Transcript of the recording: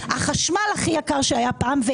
מחיר החשמל הכי יקר שהיה אי פעם,